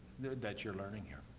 the that you're learning here.